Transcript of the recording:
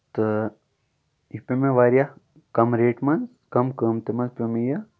تہٕ یہِ پیٚو مےٚ واریاہ کَم ریٹہِ منٛز کَم قۭمتہٕ منٛز پیٚو مےٚ یہِ